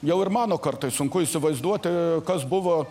jau ir mano kartai sunku įsivaizduoti kas buvo